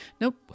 Nope